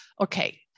Okay